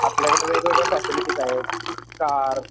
आपल्याकडं वेगवेगळ्या फॅसिलिटीज आहेत कार